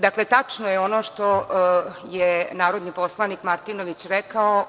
Dakle, tačno je ono što je narodni poslanik Martinović rekao.